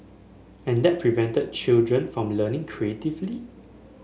and that prevented children from learning creatively